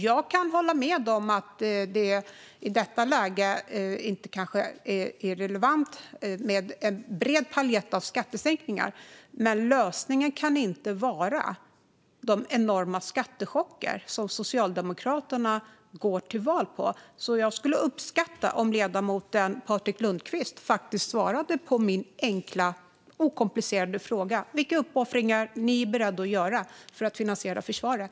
Jag kan hålla med om att det i detta läge är relevant med en bred palett av skattesänkningar, men lösningen kan inte vara de enorma skattechocker som Socialdemokraterna går till val på. Jag skulle därför uppskatta om ledamoten Patrik Lundqvist svarade på min enkla fråga: Vilka uppoffringar är Socialdemokraterna beredda att göra för att finansiera försvaret?